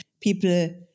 people